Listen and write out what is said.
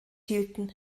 hielten